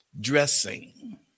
dressing